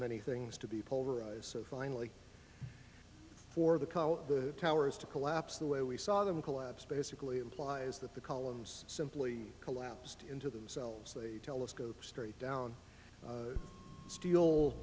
many things to be pulverized so finally for the the towers to collapse the way we saw them collapse basically implies that the columns simply collapsed into themselves they telescope straight down steel